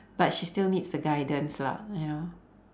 but she still needs the guidance lah you know